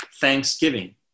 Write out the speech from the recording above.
thanksgiving